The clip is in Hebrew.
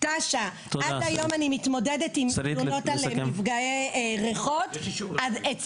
אני מתמודדת עם תלונות על מפגעי ריחות עד היום.